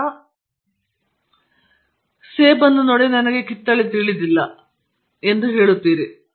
ನಂತರ ನೀವು ಒಂದು ಸೇಬನ್ನು ನಿಮಗೆ ತಿಳಿದಿಲ್ಲ ಎಂದು ಹೇಳಿದ್ದೀರಿ ನಿಮಗೆ ಕಿತ್ತಳೆ ತಿಳಿದಿಲ್ಲ ನಿಮಗೆ ಎರಡೂ ಗೊತ್ತಿಲ್ಲ